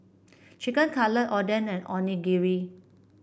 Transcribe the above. Chicken Cutlet Oden and Onigiri